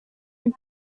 and